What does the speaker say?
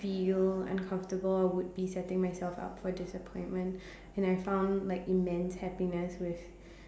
feel uncomfortable I would be setting myself up for disappointment and I found like immense happiness with